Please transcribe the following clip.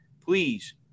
please